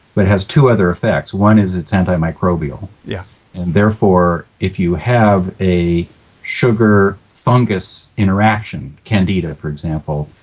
but has two other effects. one is it's anti-microbial yeah and therefore, if you have a sugar-fungus interaction, candida, for example,